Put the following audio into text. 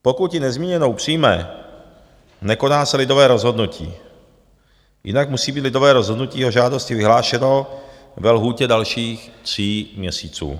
Pokud ji nezměněnou přijme, nekoná se lidové rozhodnutí, jinak musí být lidové rozhodnutí o žádosti vyhlášeno ve lhůtě dalších tří měsíců.